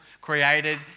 created